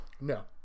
No